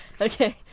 Okay